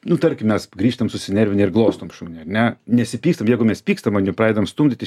nu tarkim mes grįžtam susinervinę ir glostom šunį ar ne nesipykstam jeigu mes pykstam ant jo pradedam stumdyt